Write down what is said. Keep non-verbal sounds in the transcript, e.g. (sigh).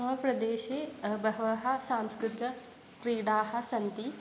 मम प्रदेशे बहवः सांस्कृतिक (unintelligible) क्रीडाः सन्ति